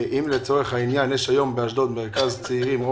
אם לצורך העניין יש היום באשדוד או באשקלון